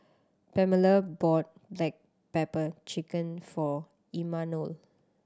Pamella bought black pepper chicken for Imanol